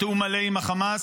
בתיאום מלא עם החמאס,